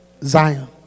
Zion